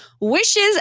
wishes